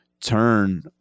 turn